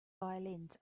violins